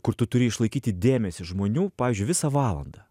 kur tu turi išlaikyti dėmesį žmonių pavyzdžiui visą valandą